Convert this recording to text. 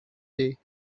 day